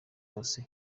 wose